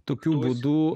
tokiu būdu